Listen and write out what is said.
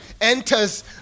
enters